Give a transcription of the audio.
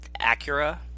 Acura